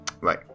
Right